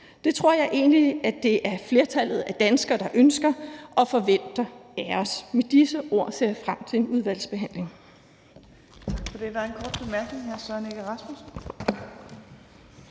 Det tror jeg egentlig at det er flertallet af danskere der ønsker og forventer af os. Med disse ord ser jeg frem til en udvalgsbehandling.